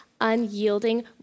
unyielding